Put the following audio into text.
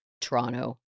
Toronto